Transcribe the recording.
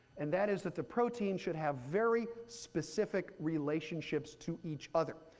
and that is that the protein should have very specific relationships to each other.